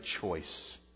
choice